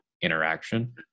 interaction